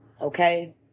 okay